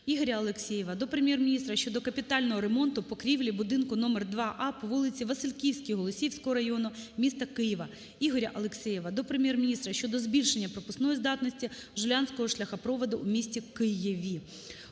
Ігоря Алексєєва до Прем'єр-міністра щодо капітального ремонту покрівлі будинку № 2А по вулиці Васильківській Голосіївського району міста Києва. Ігоря Алексєєва до Прем'єр-міністра щодо збільшення пропускної здатності Жулянського шляхопроводу у місті Києві.